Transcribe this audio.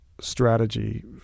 strategy